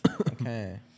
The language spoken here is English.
Okay